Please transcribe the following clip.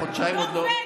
חודשיים עוד לא עברו,